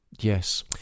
yes